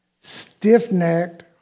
stiff-necked